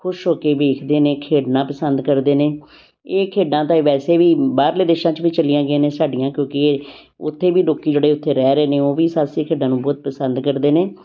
ਖੁਸ਼ ਹੋ ਕੇ ਦੇਖਦੇ ਨੇ ਖੇਡਣਾ ਪਸੰਦ ਕਰਦੇ ਨੇ ਇਹ ਖੇਡਾਂ ਤਾਂ ਇਹ ਵੈਸੇ ਵੀ ਬਾਹਰਲੇ ਦੇਸ਼ਾਂ 'ਚ ਵੀ ਚਲੀਆਂ ਗਈਆਂ ਨੇ ਸਾਡੀਆਂ ਕਿਉਂਕਿ ਇਹ ਉੱਥੇ ਵੀ ਲੋਕ ਜਿਹੜੇ ਉੱਥੇ ਰਹਿ ਰਹੇ ਨੇ ਉਹ ਵੀ ਸਾਹਸੀ ਖੇਡਾਂ ਨੂੰ ਬਹੁਤ ਪਸੰਦ ਕਰਦੇ ਨੇ